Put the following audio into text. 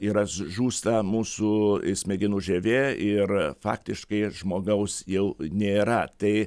yra žūsta mūsų smegenų žievė ir faktiškai žmogaus jau nėra tai